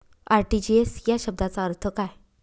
RTGS या शब्दाचा अर्थ काय?